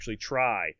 try